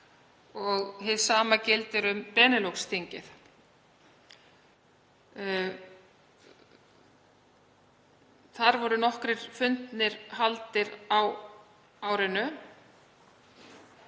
Hið sama gildir um Benelux-þingið. Þar voru nokkrir fundir haldnir á árinu